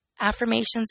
affirmations